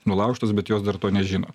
nulaužtos bet jos dar to nežino